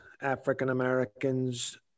African-Americans